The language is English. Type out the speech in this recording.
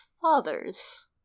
father's